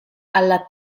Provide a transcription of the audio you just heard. alla